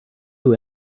who